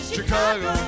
Chicago